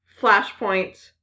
Flashpoint